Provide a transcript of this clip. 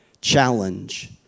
Challenge